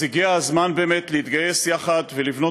אז הגיע הזמן באמת להתגייס יחד ולבנות